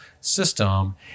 system